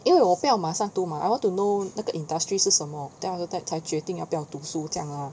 因为我不要马上读嘛 I want to know 那个 industry 是什么 then after that 才决定要不要读书这样 lor